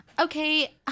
Okay